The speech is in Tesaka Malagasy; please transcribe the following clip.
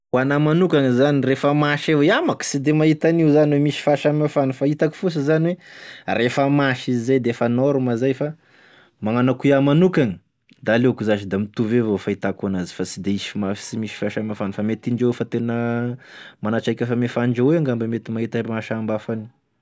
Ho anah manokagna zany refa masy av- ià mako tsy de mahita an'io zany refa misy fahasamihafany fa hitako fosiny zany oe refa masy izy zay defa norma zay fa magnano akô iao manokagny da aleoko zasy da mitovy avao fahitako anazy fa sy de hisy mas- sisy fahasamihafa fa mety indreo efa tena mana traikaifa ame fandrahoa angamba mety mahita ny mahasamby hafa an'io.